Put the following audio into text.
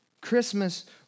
Christmas